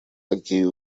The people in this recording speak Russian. такие